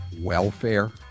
welfare